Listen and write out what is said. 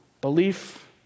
Belief